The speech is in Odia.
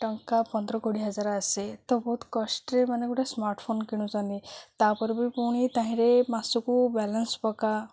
ଟଙ୍କା ପନ୍ଦର କୋଡ଼ିଏ ହଜାର ଆସେ ତ ବହୁତ କଷ୍ଟରେ ମାନେ ଗୋଟେ ସ୍ମାର୍ଟଫୋନ୍ କିଣୁଛନ୍ତି ତା'ପରେ ବି ପୁଣି ତାହିଁରେ ମାସକୁ ବାଲାନ୍ସ ପକା